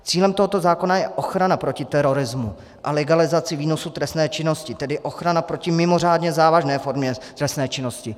Cílem tohoto zákona je ochrana proti terorismu a legalizaci výnosů z trestné činnosti, tedy ochrana proti mimořádně závažné formě trestné činnosti.